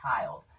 child